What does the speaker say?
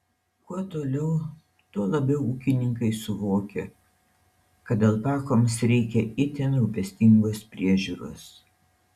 kuo toliau tuo labiau ūkininkai suvokia kad alpakoms reikia itin rūpestingos priežiūros